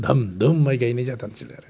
दाहाम दुम माइ गाइनाय जाथारसैलाय आरो